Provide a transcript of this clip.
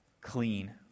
clean